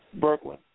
Brooklyn